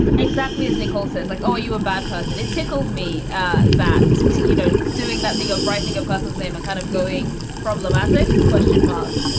exactly as nicole says, like, oh, you a bad person. it tickled me ah that, so you know, doing that thing of writing a person's name and kind of going. problematic question mark.